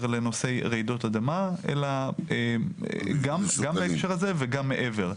לנושאי רעידות אדמה אלא גם בהקשר הזה וגם מעבר.